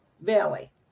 valley